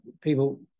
people